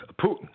Putin